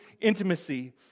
intimacy